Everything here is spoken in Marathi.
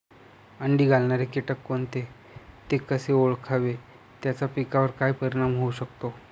अंडी घालणारे किटक कोणते, ते कसे ओळखावे त्याचा पिकावर काय परिणाम होऊ शकतो?